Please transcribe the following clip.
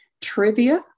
Trivia